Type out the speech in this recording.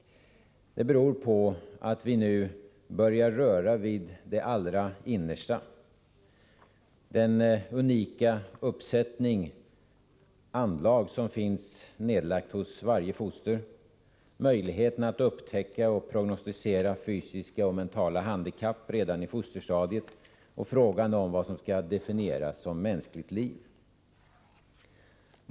Det beror på att vi nu börjar röra vid det allra innersta, den unika uppsättning anlag som finns hos varje foster, möjligheten att upptäcka och prognostisera fysiska och mentala handikapp redan i fosterstadiet och frågan om vad som skall definieras som mänskligt liv.